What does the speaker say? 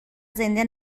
زنده